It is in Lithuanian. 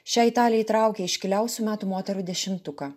šią italę įtraukė į iškiliausių metų moterų dešimtuką